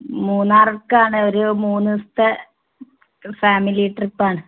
മൂന്നാർക്കാണ് ഒരൂ മൂന്ന് ദിവസത്തെ ഫാമിലീട്രിപ്പാണ്